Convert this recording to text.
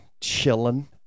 Chilling